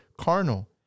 carnal